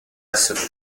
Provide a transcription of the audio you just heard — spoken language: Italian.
essere